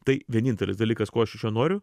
tai vienintelis dalykas ko aš noriu